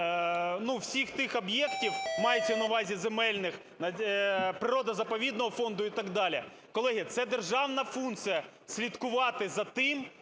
всіх тих об'єктів, мається на увазі земельних природо-заповідного фонду і так далі. Колеги, це державна функція – слідкувати за тим,